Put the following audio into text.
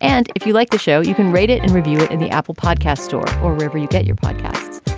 and if you like the show you can read it and review it in the apple podcast store or river you get your podcast.